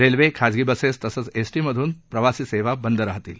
railway खाजगी buses तसंच ST बसमधून प्रवासी सेवा बंद राहतील